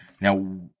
Now